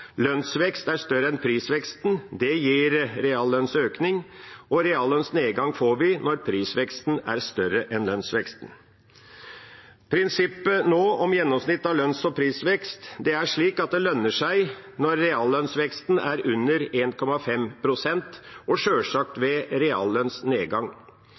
er større enn prisveksten, gir det altså reallønnsøkning, og reallønnsnedgang får vi når prisveksten er større enn lønnsveksten. Prinsippet om gjennomsnitt av lønns- og prisvekst er nå slik at det lønner seg når reallønnsveksten er under 1,5 pst., og sjølsagt